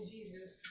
Jesus